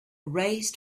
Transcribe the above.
raised